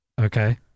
Okay